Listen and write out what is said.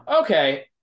Okay